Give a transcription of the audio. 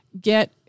get